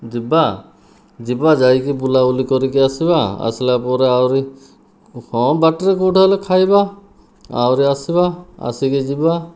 ଯିବା ଯିବା ଯାଇକି ବୁଲାବୁଲି କରିକି ଆସିବା ଆସିଲା ପରେ ଆହୁରି ହଁ ବାଟରେ କେଉଁଠି ହେଲେ ଖାଇବା ଆହୁରି ଆସିବା ଆସିକି ଯିବା